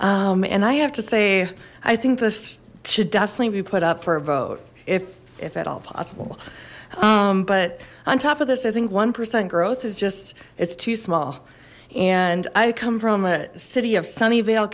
and i have to say i think this should definitely be put up for a vote if if at all possible but on top of this i think one percent growth is just it's too small and i come from a city of sunnyvale